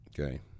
Okay